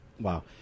Wow